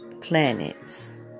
planets